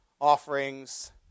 offerings